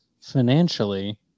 financially